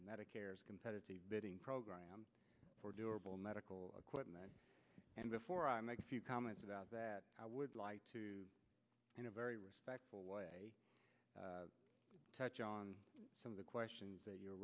medicare's competitive bidding program for durable medical equipment and before i make a few comments about that i would like to in a very respectful way touch on some of the questions that you